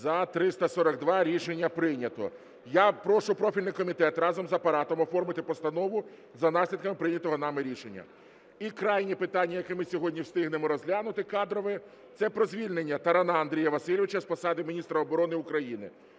За-342 Рішення прийнято. Я прошу профільний комітет разом з Апаратом оформити постанову за наслідками прийнятого нами рішення. І крайнє питання, яке ми сьогодні встигнемо розглянути, кадрове – це про звільнення Тарана Андрія Васильовича з посади міністра оборони України.